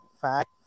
fact